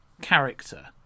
character